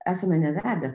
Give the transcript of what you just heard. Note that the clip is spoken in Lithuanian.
esame nevedę